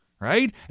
Right